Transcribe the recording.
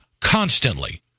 constantly